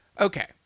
Okay